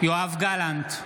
יואב גלנט,